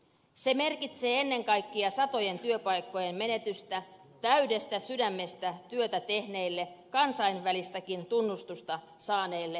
se merkitsee ennen kaikkea satojen työpaikkojen menetystä täydestä sydämestä työtä tehneille kansainvälistäkin tunnustusta saaneille reumaosaajille